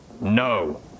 No